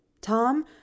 Tom